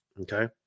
Okay